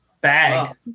Bag